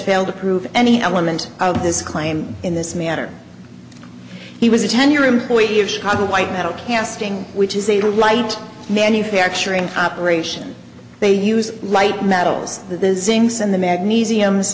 failed to prove any element of this claim in this matter he was a ten year employee of chicago white metal casting which is a light manufacturing operation they use light metals that is inks in the magnesium